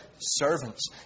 servants